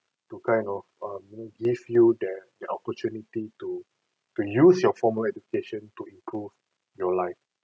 to kind of um give you that the opportunity to to use your formal education to improve your life